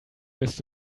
bist